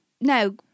now